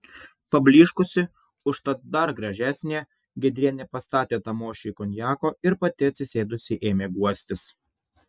pablyškusi užtat dar gražesnė giedrienė pastatė tamošiui konjako ir pati atsisėdusi ėmė guostis